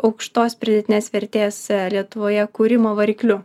aukštos pridėtinės vertės lietuvoje kūrimo varikliu